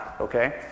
okay